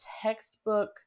textbook